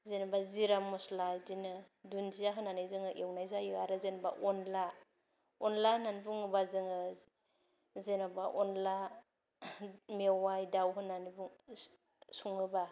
जेनेबा जिरा मसला बिदिनो दुनदिया होनानै जोङो एवनाय जायो आरो जेनेबा अनला अनला होननानै बुङोबा जोङो जेनेबा अनला मेवाय दाउ होननानै बुं सङोबा